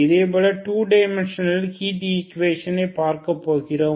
இதேபோல 2 டைமெண்ஷனலில் ஹீட் ஈக்குவேஷனை பார்க்கப் போகிறோம்